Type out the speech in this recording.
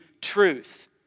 truth